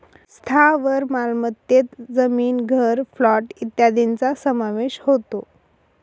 स्थावर मालमत्तेत जमीन, घर, प्लॉट इत्यादींचा समावेश होतो